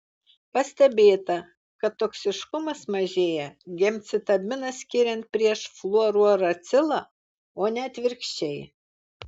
pastebėta kad toksiškumas mažėja gemcitabiną skiriant prieš fluorouracilą o ne atvirkščiai